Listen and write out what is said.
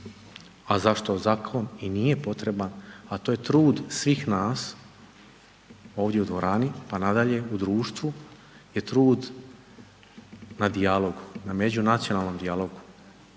a zašto zakon i nije potreban, a to je trud svih nas ovdje u dvorani, pa nadalje, u društvu, je trud na dijalogu, na međunacionalnom dijalogu.